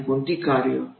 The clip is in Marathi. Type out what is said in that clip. आणि कोणती कार्ये